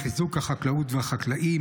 לחיזוק החקלאות והחקלאים,